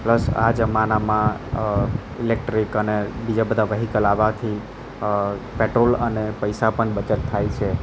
plus આ જમાનામાં electric અને બીજા બધા વ્હીકલ આવાથી પેટ્રોલ અને પૈસા પણ બચત થાય છે